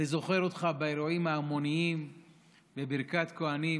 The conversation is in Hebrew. אני זוכר אותך באירועים ההמוניים בברכת הכוהנים.